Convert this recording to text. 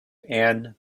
and